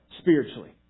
spiritually